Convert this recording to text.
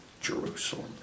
Jerusalem